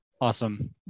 Awesome